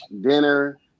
dinner